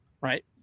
Right